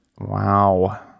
wow